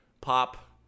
Pop